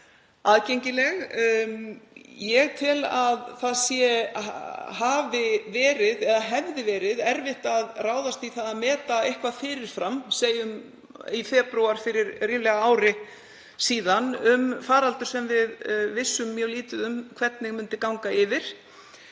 aðgengileg. Ég tel að það hefði verið erfitt að ráðast í það að meta eitthvað fyrir fram, segjum í febrúar fyrir ríflega ári síðan, um faraldur sem við vissum mjög lítið um hvernig myndi ganga yfir.